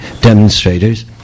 demonstrators